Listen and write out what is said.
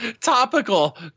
topical